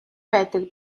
байдаг